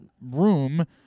room